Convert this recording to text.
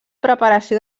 preparació